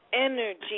energy